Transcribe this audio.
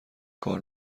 کار